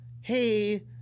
hey